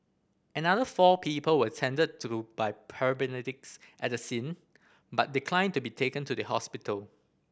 another four people were attended to by paramedics at the scene but declined to be taken to the hospital